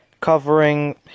covering